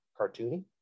cartoony